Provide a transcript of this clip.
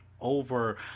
Over